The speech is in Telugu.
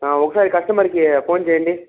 ఒకసారి కస్టమర్కి ఫోన్ చేయండి